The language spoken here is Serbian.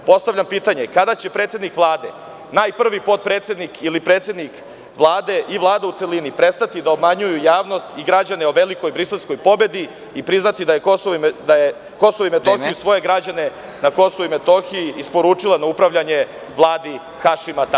Postavljam pitanje – kada će predsednik Vlade, prvi potpredsednik ili predsednik Vlade i Vlada u celini prestati da obmanjuju javnost i građane o velikoj briselskoj pobedi i priznati da je Kosovu i Metohiji i svoje građane na Kosovu i Metohiji isporučila na upravljanje Vladi Hašima Tačija?